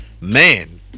Man